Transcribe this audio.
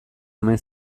omen